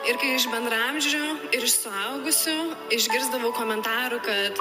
ir kai iš bendraamžių ir iš suaugusių išgirsdavau komentarų kad